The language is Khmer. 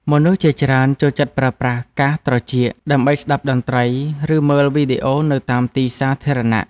មនុស្សជាច្រើនចូលចិត្តប្រើប្រាស់កាសត្រចៀក ដើម្បីស្តាប់តន្ត្រី ឬមើលវីដេអូនៅតាមទីសាធារណៈ។